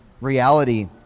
reality